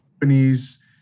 companies